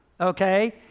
okay